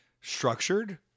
structured